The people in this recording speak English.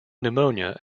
pneumonia